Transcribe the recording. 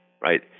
right